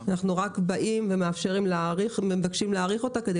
אנחנו רק באים ומבקשים להאריך אותה כדי